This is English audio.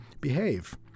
behave